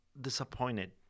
disappointed